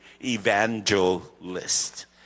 evangelist